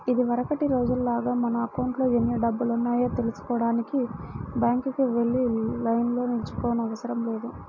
ఇదివరకటి రోజుల్లాగా మన అకౌంట్లో ఎన్ని డబ్బులున్నాయో తెల్సుకోడానికి బ్యాంకుకి వెళ్లి లైన్లో నిల్చోనవసరం లేదు